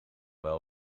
wel